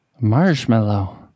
Marshmallow